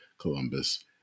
Columbus